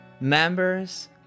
members